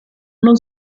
non